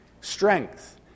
Strength